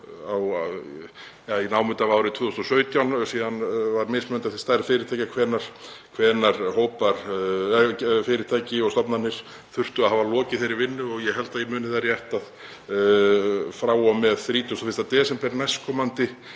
í námunda við árið 2017. Síðan var mismunandi eftir stærð fyrirtækja hvenær fyrirtæki og stofnanir þurftu að hafa lokið þeirri vinnu. Ég held að ég muni það rétt að frá og með 31. desember næstkomandi